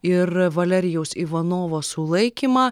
ir valerijaus ivanovo sulaikymą